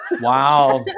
Wow